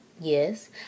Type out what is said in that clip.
Yes